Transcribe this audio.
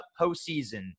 postseason